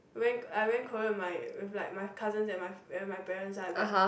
when I went Korea my with like my cousins and my and my parents lah but